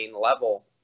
level